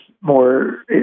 more